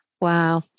Wow